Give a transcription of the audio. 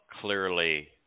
clearly